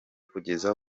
kugeza